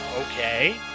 Okay